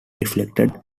reflected